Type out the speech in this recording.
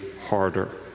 harder